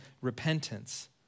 repentance